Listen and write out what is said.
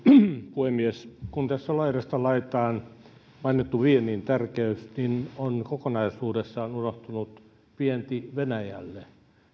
puhemies vaikka tässä on laidasta laitaan mainittu viennin tärkeys niin on kokonaisuudessaan unohtunut vienti venäjälle